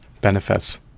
benefits